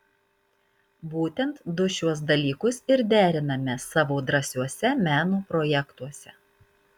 būtent du šiuos dalykus ir deriname savo drąsiuose meno projektuose